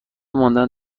ماندن